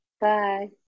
Bye